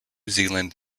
zealand